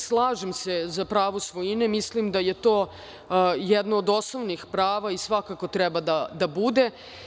Slažem se za pravo svojine, mislim da je to jedno od osnovnih prava i svakako treba da bude.